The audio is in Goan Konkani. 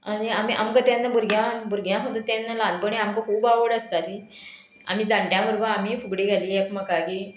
आनी आमी आमकां तेन्ना भुरग्यांक भुरग्यांक तेन्ना ल्हानपणी आमकां खूब आवड आसताली आमी जाण्ट्यां बरोबर आमी फुगडी गेली एकामेकागी